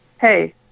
hey